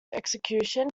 execution